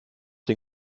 den